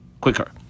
quicker